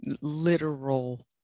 literal